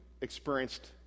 experienced